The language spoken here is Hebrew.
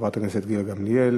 חברת הכנסת גילה גמליאל.